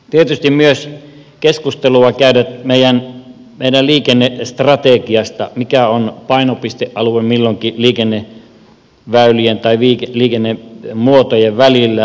tietysti myös keskustelua käydään meidän liikennestrategiasta mikä on painopistealue milloinkin liikenneväylien tai liikennemuotojen välillä